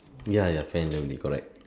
ya ya can can be correct